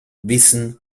wissen